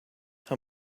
how